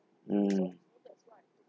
mm